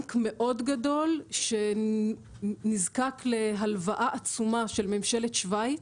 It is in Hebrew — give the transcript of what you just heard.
בנק מאוד גדול שנזקק להלוואה עצומה של ממשלת שווייץ,